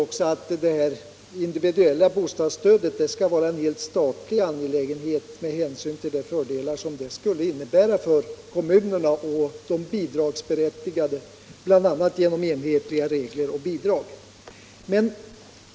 också att det individuella bostadsstödet skall vara en helt statlig angelägenhet med hänsyn till de fördelar det skulle innebära för kommunerna och de bidragsberättigade, bl.a. genom enhetliga regler och bidrag.